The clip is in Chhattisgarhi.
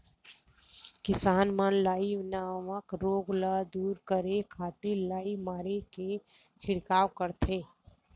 किसान मन लाई नामक रोग ल दूर करे खातिर लाई मारे के छिड़काव करथे